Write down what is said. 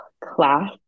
class